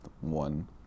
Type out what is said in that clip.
one